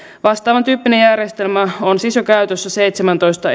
vastaavantyyppinen järjestelmä on siis jo käytössä seitsemäntoista